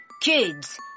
Kids